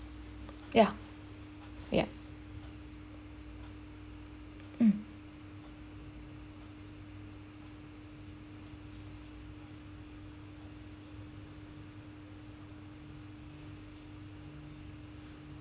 yeah yeah mm